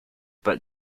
but